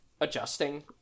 adjusting